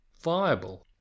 viable